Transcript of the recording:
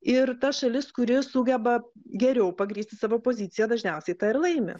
ir ta šalis kuri sugeba geriau pagrįsti savo poziciją dažniausiai ta ir laimi